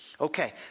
Okay